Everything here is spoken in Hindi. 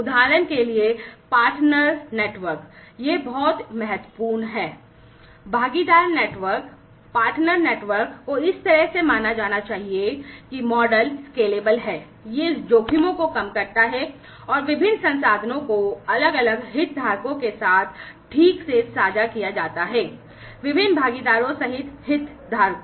उदाहरण के लिए सहभागी है यह जोखिमों को कम करता है और विभिन्न संसाधनों को अलग अलग हितधारकों के साथ ठीक से साझा किया जाता है विभिन्न भागीदारों सहित हितधारकों